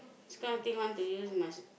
this kind of thing want to use must